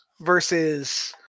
versus